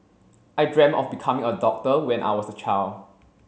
I dreamt of becoming a doctor when I was a child